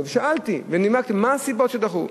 ושאלתי מה הסיבות לכך שדחו: